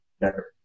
better